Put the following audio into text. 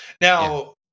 now